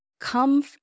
Come